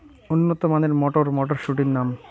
উন্নত মানের মটর মটরশুটির নাম?